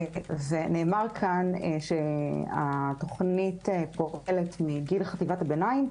נאמר כאן, שהתוכנית פועלת מגיל חטיבת הביניים,